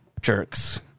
jerks